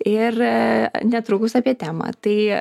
ir netrukus apie temą tai